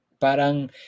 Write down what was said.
Parang